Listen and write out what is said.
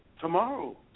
tomorrow